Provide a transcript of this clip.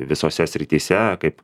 visose srityse kaip